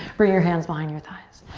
bring your hands behind your thighs.